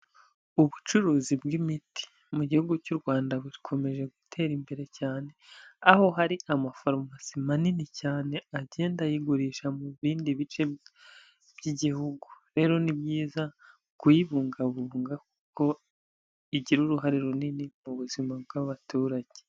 Ubucuruzi bw'imiti mu gihugu cy'u Rwanda bukomeje gutera imbere cyane. Aho hari amafarumasi manini cyane agenda ayigurisha mu bindi bice by'igihugu. Rero ni byiza kuyibungabunga kuko igira uruhare runini mu buzima bw'abaturage.